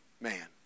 man